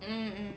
mm